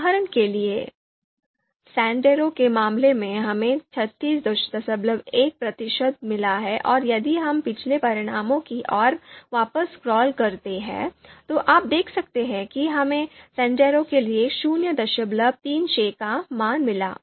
उदाहरण के लिए सैंडेरो के मामले में हमें 361 प्रतिशत मिला है और यदि हम पिछले परिणामों की ओर वापस स्क्रॉल करते हैं तो आप देख सकते हैं कि हमें सैंडेरो के लिए 036 का मान मिला